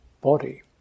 body